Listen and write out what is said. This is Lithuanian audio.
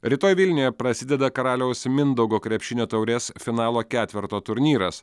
rytoj vilniuje prasideda karaliaus mindaugo krepšinio taurės finalo ketverto turnyras